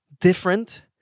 different